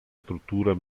struttura